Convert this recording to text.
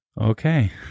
Okay